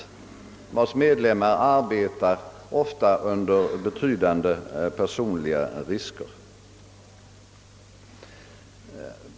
Dess medlemmar arbetar ofta under betydande personliga risker.